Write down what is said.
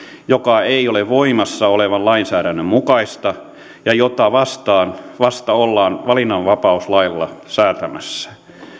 joka ei ole voimassa olevan lainsäädännön mukaista ja jota vastaan vasta ollaan valinnanvapauslailla säätämässä